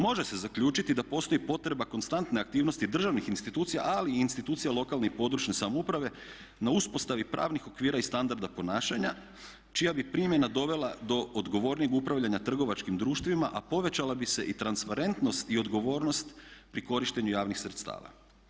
Može se zaključiti da postoji potreba konstantne aktivnosti državnih institucija, ali i institucija lokalne i područne samouprave na uspostavi pravnih okvira i standarda ponašanja čija bi primjena dovela do odgovornijeg upravljanja trgovačkim društvima, a povećala bi se i transparentnost i odgovornost pri korištenju javnih sredstava.